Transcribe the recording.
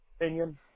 opinion